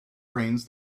brains